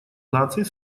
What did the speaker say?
наций